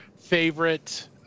favorite